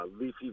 leafy